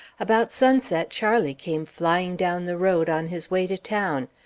about sunset, charlie came flying down the road, on his way to town.